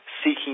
seeking